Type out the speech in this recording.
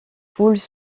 poules